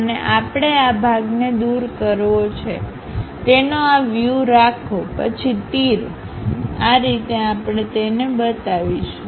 અને આપણે આ ભાગને દૂર કરવો છે તેનો આ વ્યુરાખોપછી તીર આ રીતે આપણે તેને બતાવીશુ